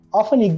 often